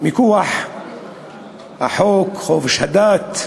מכוח החוק, חופש הדת,